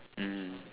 mmhmm